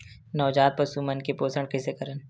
नवजात पशु मन के पोषण कइसे करन?